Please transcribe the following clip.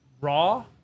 raw